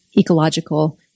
ecological